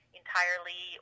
entirely